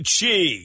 Chi